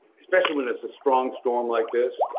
especially when it is a strong storm like this?